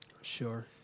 Sure